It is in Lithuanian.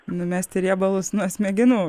numesti riebalus nuo smegenų